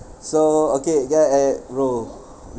so okay get it roll